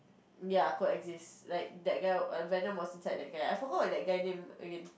ya co exist like that guy Venom was inside that guy ah I forgot that guy name again